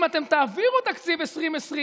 אם אתם תעבירו תקציב 2020,